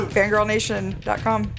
FangirlNation.com